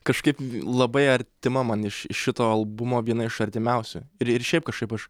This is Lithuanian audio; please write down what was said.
kažkaip labai artima man iš iš šito albumo viena iš artimiausių ir ir šiaip kažkaip aš